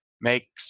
make